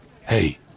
Hey